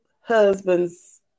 husband's